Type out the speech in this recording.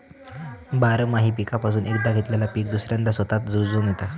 बारमाही पीकापासून एकदा घेतलेला पीक दुसऱ्यांदा स्वतःच रूजोन येता